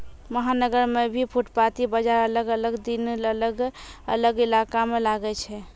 महानगर मॅ भी फुटपाती बाजार अलग अलग दिन अलग अलग इलाका मॅ लागै छै